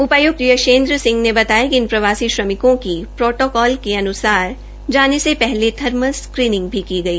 उपाय्क्त यशेद्र सिंह ने बताया कि इन प्रवासी श्रमिकों को प्रोटोकॉल के अन्सार जाने से थर्मल स्क्रीनिंग भी की गई